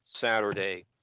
Saturday